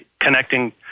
connecting